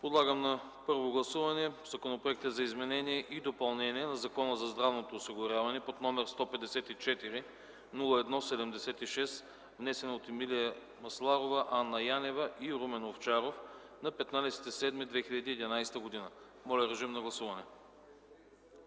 Подлагам на първо гласуване Законопроекта за изменение и допълнение на Закона за здравното осигуряване, № 154-01-76, внесен от Емилия Масларова, Анна Янева и Румен Овчаров на 15 юли 2011 г. Гласували